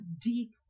deep